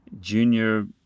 junior